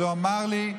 אז הוא אמר לי: